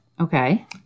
Okay